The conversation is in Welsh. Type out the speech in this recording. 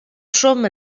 trwm